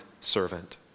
servant